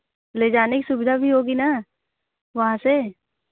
ले जाने की सुविधा भी होगी ना वहाँ से